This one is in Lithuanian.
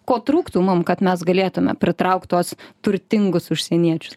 ko trūktų mum kad mes galėtume pritraukt tuos turtingus užsieniečius